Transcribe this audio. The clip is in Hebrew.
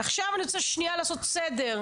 עכשיו אני רוצה שנייה לעשות סדר.